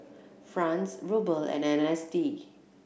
Franc Ruble and N S D